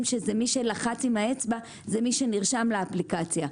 שמי שלחץ עם האצבע זה מי שנרשם לאפליקציה.